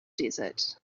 desert